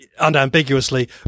unambiguously